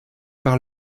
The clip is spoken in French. par